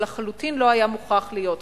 אבל זה לחלוטין לא היה מוכרח להיות כך.